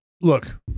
Look